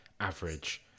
average